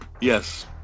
Yes